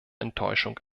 enttäuschung